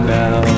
now